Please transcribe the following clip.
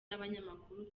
nabanyamakuru